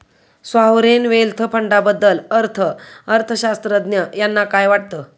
Sovereign wealth फंडाबद्दल अर्थअर्थशास्त्रज्ञ यांना काय वाटतं?